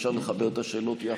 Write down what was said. ואפשר לחבר את השאלות יחד.